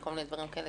וכל מיני דברים כאלה,